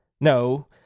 No